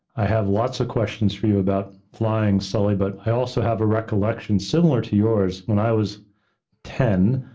i have lots of questions for you about flying, sully, but i also have a recollection similar to yours. when i was ten,